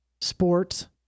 sports